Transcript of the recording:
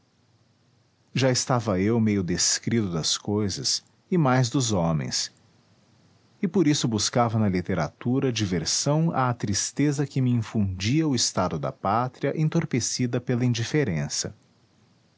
já estava eu meio descrido das cousas e mais dos homens e por isso buscava na literatura diversão à tristeza que me infundia o estado da pátria entorpecida pela indiferença